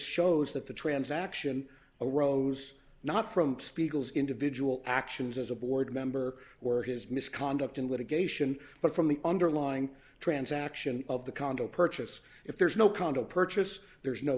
shows that the transaction arose not from spiegel's individual actions as a board member or his misconduct in litigation but from the underlying transaction of the condo purchase if there's no condo purchase there's no